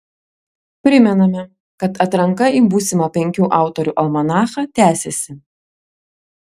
primename kad atranka į būsimą penkių autorių almanachą tęsiasi